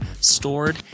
stored